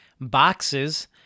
boxes